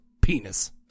Penis